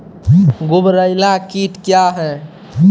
गुबरैला कीट क्या हैं?